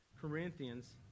Corinthians